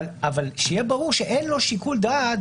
אבל שיהיה ברור שאין לו שיקול דעת.